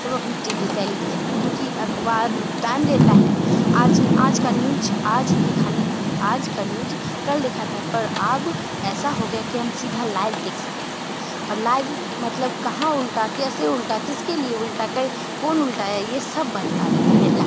सब अपनी TV television पर क्योंकि अख़बार टाइम लेता है आज वह आज का न्यूज आज दिखाने आज का न्यूज कल दिखाता है पर अब ऐसा हो गया कि हम सीधा लाइव देख सकते हैं और लाइव मतलब कहाँ उल्टा कैसे उल्टा किसके लिए उल्टा कए कौन उल्टाया ये सब बतला देता है लाइव